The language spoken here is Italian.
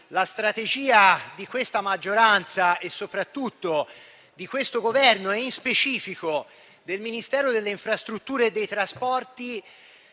la strategia di questa maggioranza e soprattutto di questo Governo, in specifico del Ministero delle infrastrutture e dei trasporti,